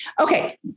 Okay